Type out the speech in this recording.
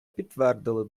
підтвердили